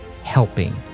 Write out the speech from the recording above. helping